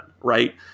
Right